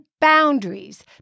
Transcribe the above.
boundaries